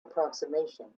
approximation